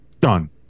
done